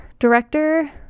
Director